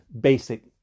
basic